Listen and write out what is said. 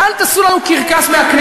העם מבין ואל תעשו לנו קרקס מהכנסת.